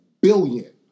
billion